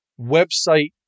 website